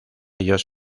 ellos